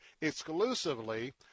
exclusively